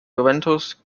juventus